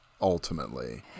Ultimately